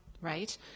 right